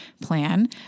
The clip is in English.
plan